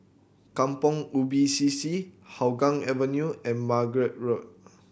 Kampong Ubi C C Hougang Avenue and Margate Road